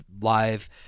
live